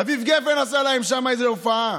אביב גפן עשה להם שם איזו הופעה,